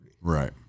Right